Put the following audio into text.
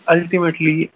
Ultimately